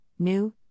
New